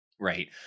right